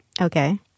Okay